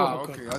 אה, אוקיי.